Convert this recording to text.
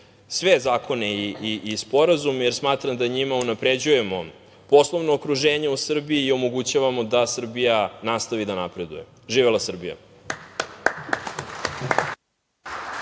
sve zakone i sporazume, jer smatram da njima unapređujemo poslovno okruženje u Srbiji i omogućavamo da Srbija nastavi da napreduje. Živela Srbija.